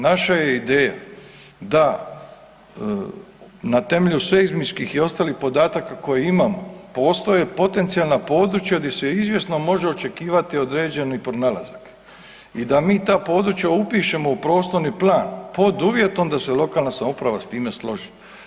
Naša je ideja da na temelju seizmičkih i ostalih podataka koje imamo postoje potencijalna područja gdje se izvjesno može očekivati određeni pronalazak i da mi ta područja upišemo u prostorni plan pod uvjetom da se lokalna samouprava s time složi.